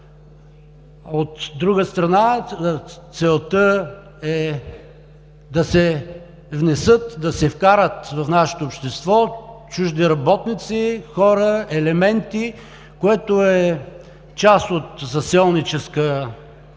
От друга страна, целта е да се внесат, да се вкарат в нашето общество чужди работници, хора, елементи, което е част от заселническа вълна,